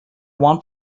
want